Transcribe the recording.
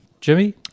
Jimmy